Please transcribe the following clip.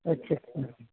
ਅੱਛਾ ਅੱਛਾ